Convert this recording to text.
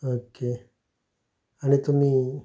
okay आनी तुमी